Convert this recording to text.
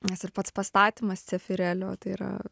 nes ir pats pastatymas cefirelio tai yra